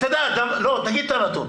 תגיד את הנתון.